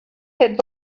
had